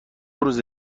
روز